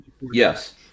Yes